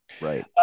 right